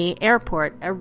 Airport